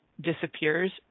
disappears